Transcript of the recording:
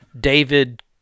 David